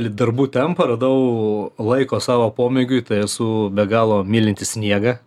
darbų tempą radau laiko savo pomėgiui tai esu be galo mylintis sniegą